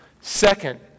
Second